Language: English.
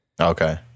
Okay